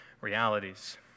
realities